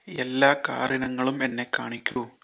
എല്ലാ കാർ ഇനങ്ങളും എന്നെ കാണിക്കൂ